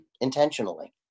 Intentionally